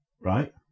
right